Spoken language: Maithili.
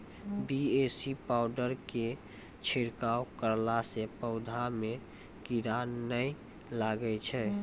बी.ए.सी पाउडर के छिड़काव करला से पौधा मे कीड़ा नैय लागै छै?